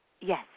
Yes